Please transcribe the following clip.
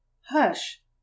Hush